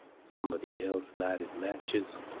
somebody else lighted matches.